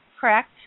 correct